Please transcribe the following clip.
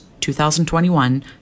2021